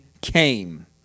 came